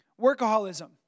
Workaholism